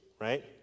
right